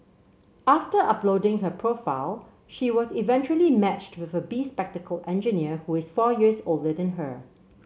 after uploading her profile she was eventually matched with a bespectacled engineer who is four years older than her